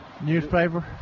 Newspaper